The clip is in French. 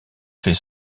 fait